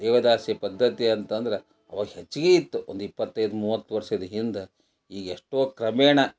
ದೇವದಾಸಿ ಪದ್ಧತಿಯಂತಂದ್ರೆ ಅವಾಗ ಹೆಚ್ಚಿಗೆ ಇತ್ತು ಒಂದು ಇಪ್ಪತ್ತೈದು ಮೂವತ್ತು ವರ್ಷದ ಹಿಂದೆ ಈಗ ಎಷ್ಟೋ ಕ್ರಮೇಣ